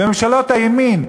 בממשלות הימין,